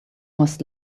must